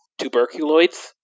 Tuberculoids